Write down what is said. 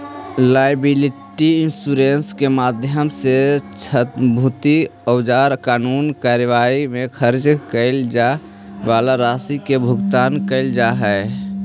liability insurance के माध्यम से क्षतिपूर्ति औउर कानूनी कार्रवाई में खर्च कैइल जाए वाला राशि के भुगतान कैइल जा हई